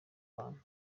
rwanda